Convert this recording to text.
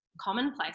commonplace